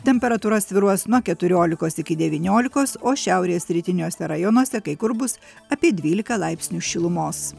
temperatūra svyruos nuo keturiolikos iki devyniolikos o šiaurės rytiniuose rajonuose kai kur bus apie dvylika laipsnių šilumos